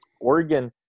Oregon